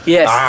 Yes